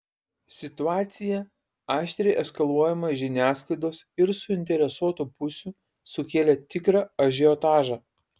situacija aštriai eskaluojama žiniasklaidos ir suinteresuotų pusių sukėlė tikrą ažiotažą